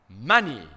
Money